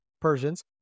Persians